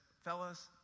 fellas